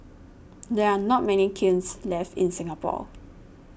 there are not many kilns left in Singapore